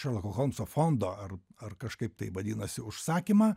šerloko holmso fondo ar ar kažkaip tai vadinasi užsakymą